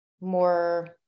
more